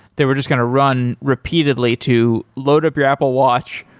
they were just going to run repeatedly to load up your apple watch,